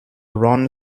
ron